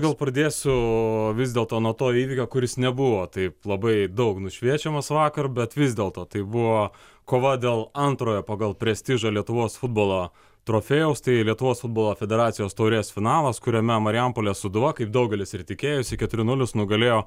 gal pradėsiu vis dėlto nuo to įvykio kuris nebuvo taip labai daug nušviečiamas vakar bet vis dėlto tai buvo kova dėl antrojo pagal prestižą lietuvos futbolo trofėjaus tai lietuvos futbolo federacijos taurės finalas kuriame marijampolės sūduva kaip daugelis ir tikėjosi keturi nulis nugalėjo